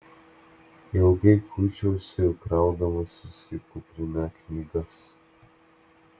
ilgai kuičiausi kraudamasis į kuprinę knygas